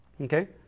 Okay